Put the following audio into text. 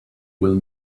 will